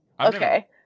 okay